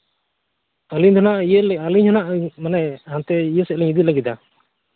ᱟᱹᱞᱤᱧ ᱫᱚ ᱱᱟᱜ ᱤᱭᱟᱹᱭ ᱞᱟᱹᱭᱮᱜᱼᱟ ᱟᱹᱞᱤᱧ ᱫᱚ ᱱᱟᱜ ᱦᱟᱱᱛᱮ ᱤᱭᱟᱹ ᱥᱮᱫ ᱞᱤᱧ ᱤᱫᱤ ᱞᱟᱹᱜᱤᱫᱼᱟ